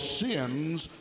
sins